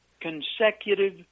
consecutive